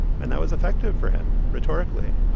and that was effective for him rhetorically.